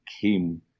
came